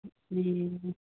ए